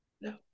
no